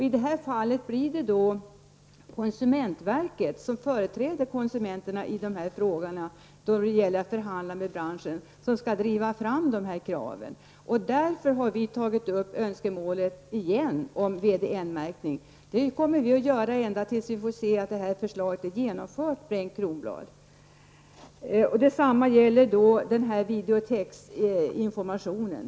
I det här fallet blir det alltså konsumentverket, som företrädare för konsumenterna i frågor där man skall förhandla med branschen, som skall driva dessa krav. Därför har vi på nytt fört fram kravet på VDN-märkning, och så kommer vi att göra ända till dess vi ser att förslaget är genomfört, Bengt Kronblad. Detsamma gäller videotexinformationen.